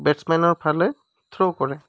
বেটচমেনৰ ফালে থ্ৰ' কৰে